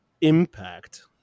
impact